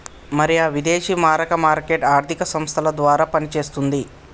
మరి ఆ విదేశీ మారక మార్కెట్ ఆర్థిక సంస్థల ద్వారా పనిచేస్తుంది